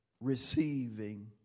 receiving